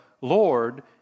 Lord